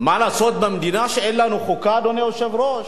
מה לעשות במדינה שאין לנו חוקה, אדוני היושב-ראש?